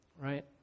right